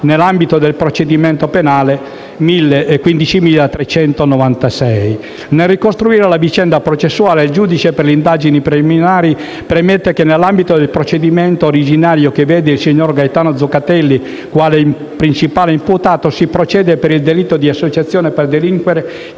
nell'ambito del procedimento penale n. 15396. Nel ricostruire la vicenda processuale, il giudice per le indagini preliminari premette che nell'ambito del procedimento originario, che vede il signor Gaetano Zoccatelli quale principale imputato, si procede per il delitto di associazione per delinquere